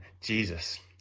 Jesus